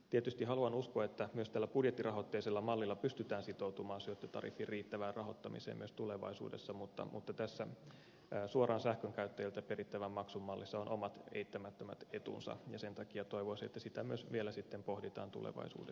tietysti haluan uskoa että myös tällä budjettirahoitteisella mallilla pystytään sitoutumaan syöttötariffin riittävään rahoittamiseen myös tulevaisuudessa mutta tässä suoraan sähkönkäyttäjiltä perittävän maksun mallissa on omat eittämättömät etunsa ja sen takia toivoisin että sitä myös vielä pohditaan tulevaisuudessa